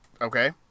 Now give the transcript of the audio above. Okay